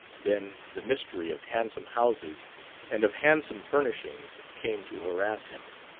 then the mystery of handsome houses and of handsome furnishings came to harass him.